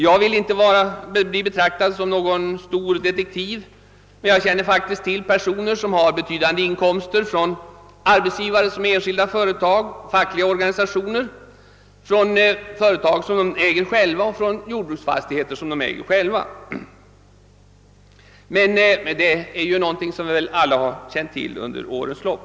Jag vill inte bli betraktad som en stor detektiv men jag känner faktiskt till att en del ledamöter har betydande inkomster från enskilda arbetsgivare, fackliga organisationer samt företag och jordbruksfastigheter som de själva äger. Det har vi väl alla känt till under många år.